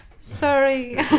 sorry